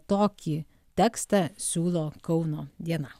tokį tekstą siūlo kauno diena